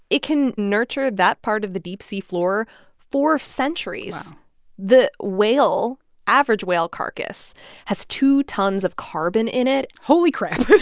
it can nurture that part of the deep-sea floor for centuries wow the whale average whale carcass has two tons of carbon in it holy crap